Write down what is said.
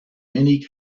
many